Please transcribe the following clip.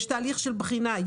יש תהליך של בחינה,